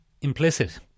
implicit